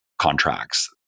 contracts